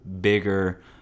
bigger